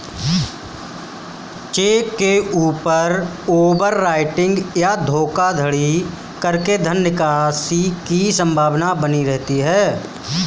check के ऊपर overwriting या धोखाधड़ी करके धन निकासी की संभावना बनी रहती है